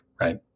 right